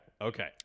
okay